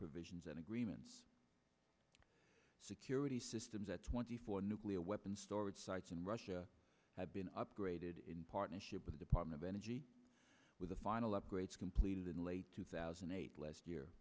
provisions and agreements security systems at twenty four nuclear weapons storage sites in russia have been upgraded in partnership with department of energy with the final upgrades completed in late two thousand and eight last year